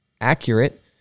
accurate